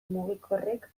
mugikorrek